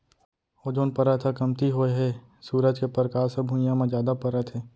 ozone परत ह कमती होए हे सूरज के परकास ह भुइयाँ म जादा परत हे